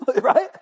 right